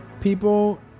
people